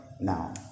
now